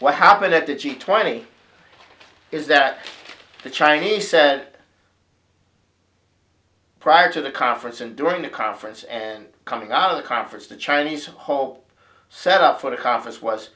what happened at the g twenty is that the chinese said prior to the conference and during the conference and coming out of the conference the chinese hope set up for the conference was